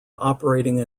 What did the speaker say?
operating